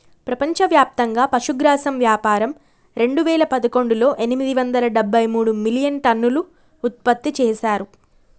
ప్రపంచవ్యాప్తంగా పశుగ్రాసం వ్యాపారం రెండువేల పదకొండులో ఎనిమిది వందల డెబ్బై మూడు మిలియన్టన్నులు ఉత్పత్తి చేశారు